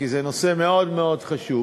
כי זה נושא מאוד מאוד חשוב.